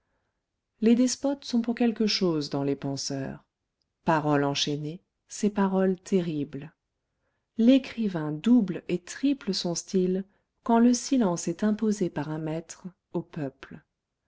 les despotes sont pour quelque chose dans les penseurs parole enchaînée c'est parole terrible l'écrivain double et triple son style quand le silence est imposé par un maître au peuple